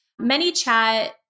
ManyChat